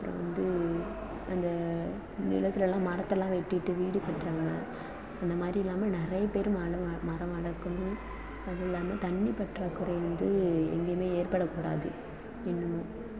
அப்புறோம் வந்து அந்த நிலத்துலேலாம் மரத்தலாம் வெட்டிட்டு வீடு கட்டுறாங்க அந்த மாதிரி இல்லாமல் நிறையப் பேர் மரம் வளர்க்கணும் அதுவும் இல்லாமல் தண்ணி பற்றாக்குறை வந்து எங்கேயுமே ஏற்படக் கூடாது இன்னும்